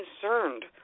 concerned